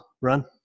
run